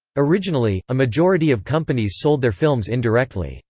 originally, a majority of companies sold their films indirectly.